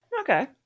Okay